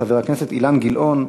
חבר הכנסת אילן גילאון,